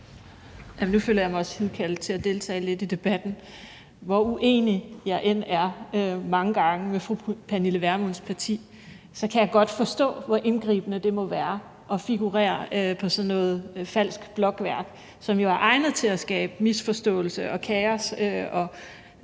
Nu føler jeg mig også hidkaldt til at deltage lidt i debatten. Hvor uenig jeg end mange gange er med fru Pernille Vermunds parti, så kan jeg forstå, hvor indgribende det må være at figurere på sådan noget falsk blogværk, som jo er egnet til at skabe misforståelse og kaos